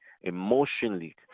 emotionally